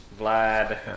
Vlad